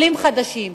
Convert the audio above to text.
עולים חדשים,